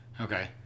Okay